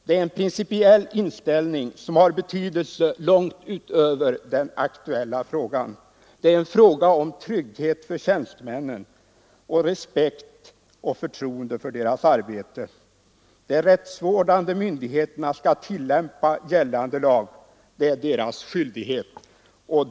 Det är en principiell inställning som har betydelse långt utöver den nu aktuella frågan. Det är en fråga om trygghet för tjänstemännen och respekt och förtroende för deras arbete. De rättsvårdande myndigheterna skall tillämpa gällande lag. Det är deras skyldighet.